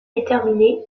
déterminée